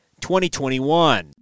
2021